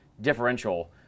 differential